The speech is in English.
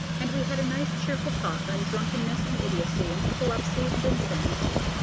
and we had a nice, cheerful talk on drunkenness and idiocy and epilepsy and insanity.